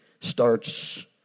starts